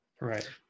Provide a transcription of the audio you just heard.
Right